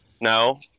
no